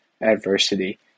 adversity